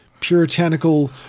puritanical